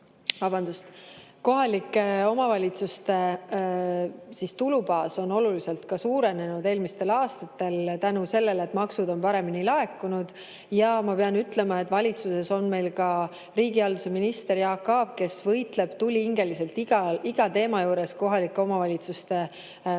kohalike omavalitsuste tulubaas on oluliselt suurenenud eelmistel aastatel tänu sellele, et maksud on paremini laekunud. Ja ma pean ütlema, et valitsuses on ka riigihalduse minister Jaak Aab, kes võitleb tulihingeliselt iga teema puhul kohalike omavalitsuste õiguste